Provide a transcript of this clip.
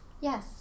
Yes